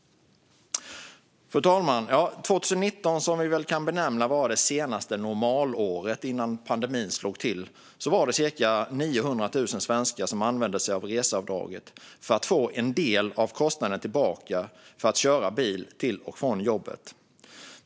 Fru talman! År 2019 kan benämnas vara det senaste normalåret innan pandemin slog till. Då använde sig cirka 900 000 svenskar av reseavdraget för att få tillbaka en del av kostnaden att köra bil till och från jobbet.